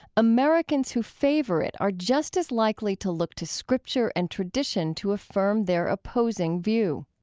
americans who favor it are just as likely to look to scripture and tradition to affirm their opposing view